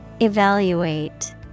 Evaluate